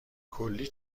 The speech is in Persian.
کلی